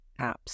apps